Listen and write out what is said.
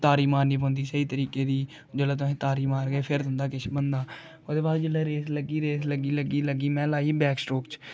तारी मारनी पौंदी स्हेई तरीके दी जोल्लै तुसें तारी मारगे फिर तुं'दा किश बनदा ओह्दे बाद जेल्लै रेस लग्गी रेस लग्गी लग्गी लग्गी लग्गी में लाई ही बैक स्ट्रोक च